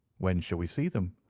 when shall we see them?